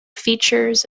features